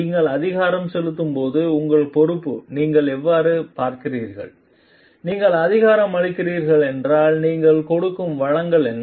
நீங்கள் அதிகாரம் செலுத்தும் போது உங்கள் பொறுப்பை நீங்கள் எவ்வாறு பார்க்கிறீர்கள் நீங்கள் அதிகாரம் அளிக்கிறீர்கள் என்றால் நீங்கள் கொடுக்கும் வளங்கள் என்ன